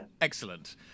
Excellent